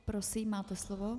Prosím, máte slovo.